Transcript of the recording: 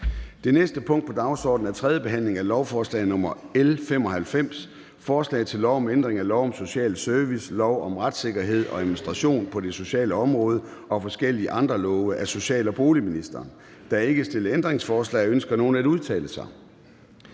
Det næste punkt på dagsordenen er: 6) 3. behandling af lovforslag nr. L 95: Forslag til lov om ændring af lov om social service, lov om retssikkerhed og administration på det sociale område og forskellige andre love. (Den nationale sikkerhedskonsulentordning og